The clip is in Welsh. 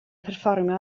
perfformio